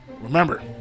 remember